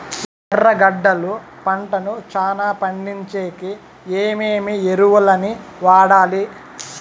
ఎర్రగడ్డలు పంటను చానా పండించేకి ఏమేమి ఎరువులని వాడాలి?